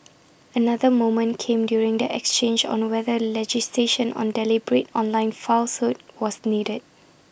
another moment came during the exchange on whether legislation on deliberate online falsehood was needed